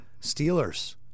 Steelers